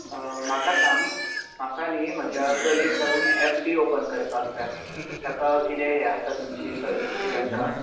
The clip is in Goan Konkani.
म्हाका सांग म्हाका न्ही म्हज्या चलयेक लागून एफ डी ओपन करपाक जाय ताका कितें हें आसा तुमचीं सर्विस कितें आसा